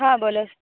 હા બોલો